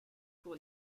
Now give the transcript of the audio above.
pour